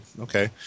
Okay